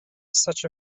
such